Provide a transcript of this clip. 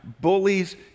bullies